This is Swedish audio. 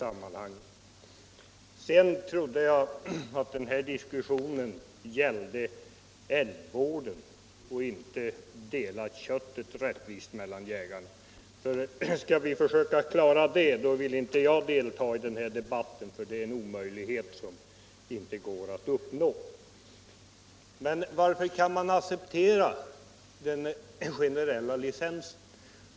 Sedan trodde jag att den här diskussionen gällde jaktvården och inte frågan om att dela köttet rättvist mellan jägarna. Skall vi försöka klara det, vill jag inte delta i den här debatten, för det är en omöjlighet. Men varför kan man acceptera den generella licensen?